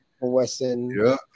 Wesson